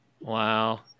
Wow